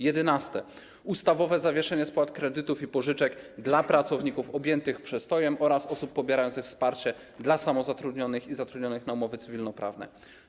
Jedenaste - ustawowe zawieszenie spłat kredytów i pożyczek dla pracowników objętych przestojem oraz osób pobierających wsparcie dla samozatrudnionych i zatrudnionych na podstawie umów cywilnoprawnych.